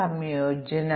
സംസ്ഥാനം